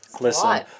listen